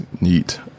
neat